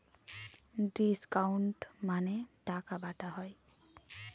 discount মানে টাকা বাটা হয়